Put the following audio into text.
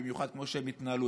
במיוחד כמו שהן התנהלו,